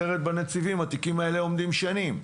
אחרת, בנציבות התיקים האלה עומדים שנים.